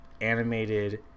animated